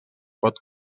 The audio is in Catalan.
pot